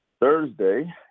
Thursday